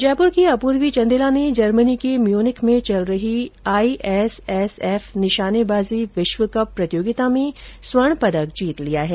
जयपुर की अपूर्वी चन्देला ने जर्मनी के म्यूनिख में चल रही आई एस एस एफ निशानेबाजी विश्वकप प्रतियोगिता में स्वर्ण पदक जीत लिया है